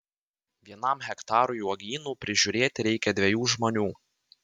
vienam hektarui uogynų prižiūrėti reikia dviejų žmonių